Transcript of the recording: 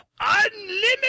Unlimited